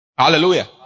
Hallelujah